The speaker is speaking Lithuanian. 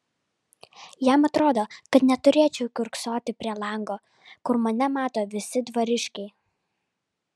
jam atrodo kad neturėčiau kiurksoti prie lango kur mane mato visi dvariškiai